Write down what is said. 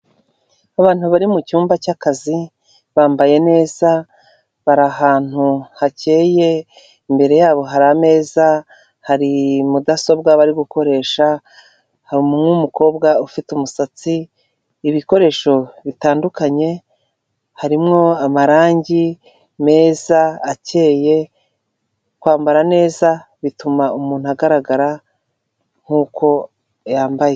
Abantu bari mu cyumba cy'akazi, bambaye neza, bari ahantu hakeye, imbere yabo hari ameza, hari mudasobwa bari gukoresha, harimo umukobwa ufite umusatsi, ibikoresho bitandukanye, harimo amarangi meza akeye, kwambara neza bituma umuntu agaragara nk'uko yambaye.